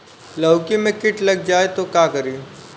लौकी मे किट लग जाए तो का करी?